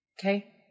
okay